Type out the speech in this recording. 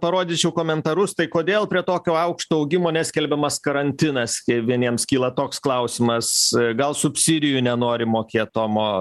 parodyčiau komentarus tai kodėl prie tokio aukšto augimo neskelbiamas karantinas vieniems kyla toks klausimas gal subsidijų nenori mokėt tomo